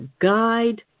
guide